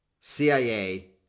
CIA